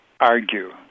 argue